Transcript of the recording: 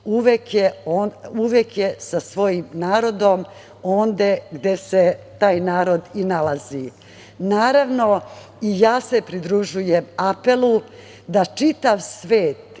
uvek je sa svojim narodom onde gde se taj narod i nalazi. Naravno, i ja se pridružujem apelu da čitav svet